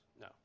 No